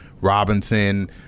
Robinson